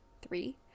three